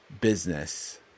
business